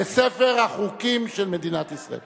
עבר בקריאה שלישית וייכנס לספר הבוחרים של מדינת ישראל.